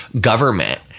government